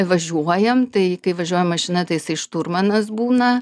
važiuojam tai kai važiuojam mašina tai jisai šturmanas būna